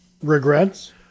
regrets